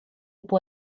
può